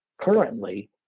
currently